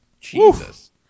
Jesus